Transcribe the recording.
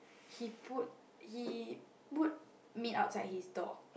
he put he put meat outside his door